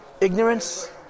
ignorance